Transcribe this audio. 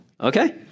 Okay